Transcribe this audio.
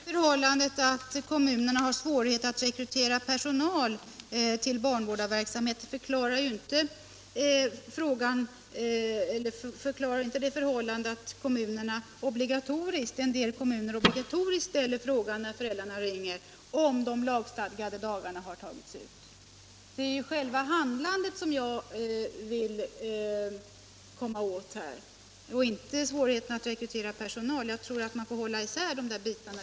Herr talman! Att kommunerna har svårt att rekrytera personal till barnvårdarverksamheten förklarar inte det förhållandet att en del kommuner obligatoriskt ställer frågan, när föräldrarna ringer och söker barnvårdare, om de lagstadgade ledighetsdagarna har tagits ut. Det är själva handlandet som jag vill komma åt — inte svårigheterna att rekrytera personal. Man får hålla isär de här bitarna.